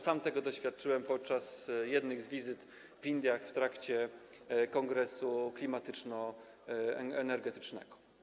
Sam tego doświadczyłem podczas jednej z wizyt w Indiach w trakcie kongresu klimatyczno-energetycznego.